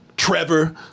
Trevor